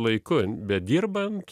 laiku bedirbant